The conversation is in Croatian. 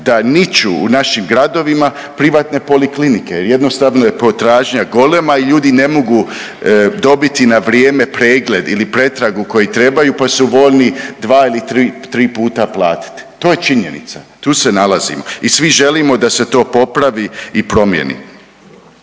da niču u našim gradovima privatne poliklinike. Jednostavno je potražnja golema i ljudi ne mogu dobiti na vrijeme pregled ili pretragu koju trebaju, pa su voljni dva ili tri puta platiti. To je činjenica, tu se nalazimo i svi želimo da se to popravi i promijeni.